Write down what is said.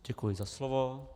Děkuji za slovo.